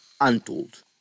untold